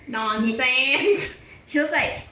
nonsense